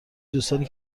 دوستانی